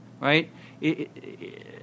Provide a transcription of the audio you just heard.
right